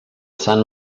sant